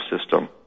system